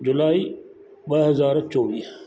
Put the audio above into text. जुलाई ॿ हज़ार चोवीह